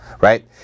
right